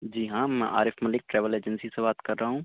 جی ہاں میں Arif Malik travel agency سے بات کر رہا ہوں